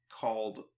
Called